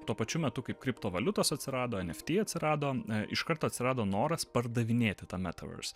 tuo pačiu metu kaip kriptovaliutos atsirado nft atsirado iš karto atsirado noras pardavinėti tą metaverse